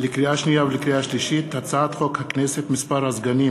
לקריאה שנייה ולקריאה שלישית: הצעת חוק הכנסת (מספר הסגנים